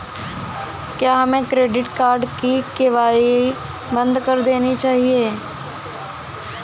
क्या हमें credit card की ई.एम.आई बंद कर देनी चाहिए?